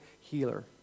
healer